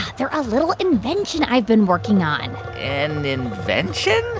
they're a little invention i've been working on an invention?